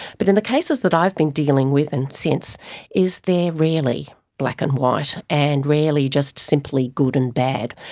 but in the cases that i've been dealing with and since is they are rarely black and white and rarely just simply good and bad,